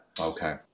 Okay